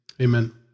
amen